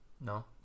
No